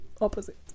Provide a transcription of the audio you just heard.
opposite